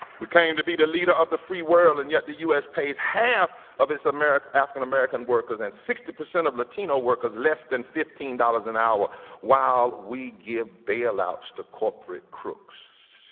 we came to be the leader of the free world and yet the us pays half of its african american workers and sixty percent of latino workers less than fifteen dollars an hour while we give bailouts to corporate crooks.